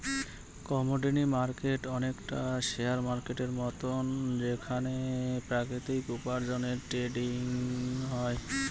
commodity market অনেকটা share মার্কেটের মতন যেখানে প্রাকৃতিক উপার্জনের ট্রেডিং হয়